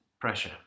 pressure